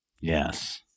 Yes